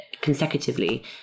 consecutively